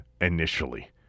initially